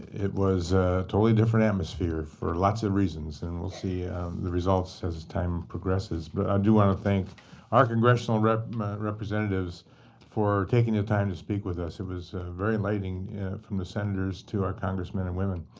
it was a totally different atmosphere for lots of reasons. and we'll see the results as as time progresses. but i do want to thank our congressional representatives for taking the time to speak with us. it was very enlightening from the senators to our congress men and women.